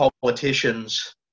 politicians